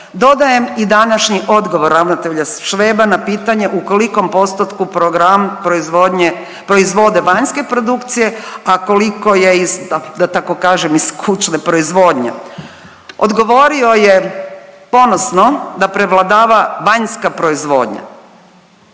Dodajem i današnji odgovor ravnatelja Šveba na pitanje u kolikom postotku program proizvodnje, proizvode vanjske produkcije, a koliko je iz, da tako kažem, iz kućne proizvodnje. Odgovorio je ponosno da prevladava vanjska proizvodnja.